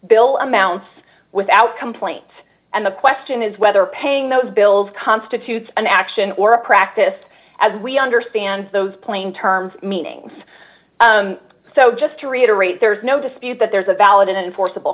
bill amounts without complaints and the question is whether paying those bills constitutes an action or a practice as we understand those plain terms meanings so just to reiterate there is no dispute that there is a valid enforceable